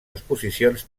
exposicions